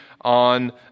on